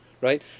right